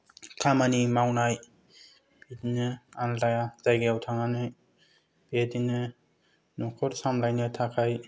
खामानि मावनाय बिदिनो आलादा जायगायाव थांनानै बेबादिनो न'खर सामलायनो थाखाय